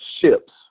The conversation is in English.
ships